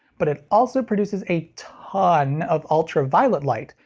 but it also produces a ton of ultraviolet light,